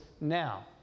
now